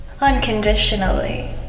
unconditionally